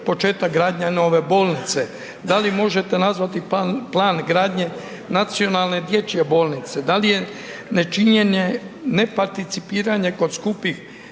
početak gradnje nove bolnice, da li možete nazvati plan gradnje nacionalne dječje bolnice, da li je nečinjenje ne participiranje kod skupih